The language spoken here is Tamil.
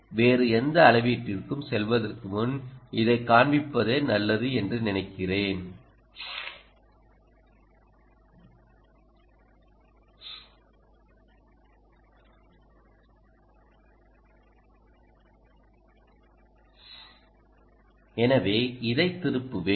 வேறு எந்த அளவீட்டுக்கும் செல்வதற்கு முன் இதைக் காண்பிப்பதே நல்லது என்று நினைக்கிறேன் எனவே இதைத் திருப்புவேன்